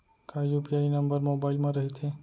का UPI number mobile म रहिथे?